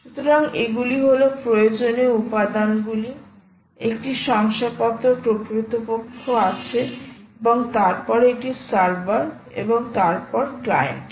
সুতরাং এগুলি হল প্রয়োজনীয় উপাদানগুলি একটি শংসাপত্র কর্তৃপক্ষ আছে এবং তারপরে একটি সার্ভার এবং তারপর ক্লায়েন্ট